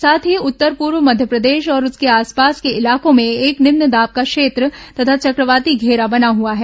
साथ ही उत्तर पूर्व मध्यप्रदेश और उसके आसपास के इलाकों में एक निम्नदाब का क्षेत्र तथा चक्रवाती धेरा बना हुआ है